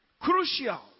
Crucial